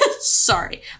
sorry